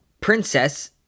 princess